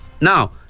Now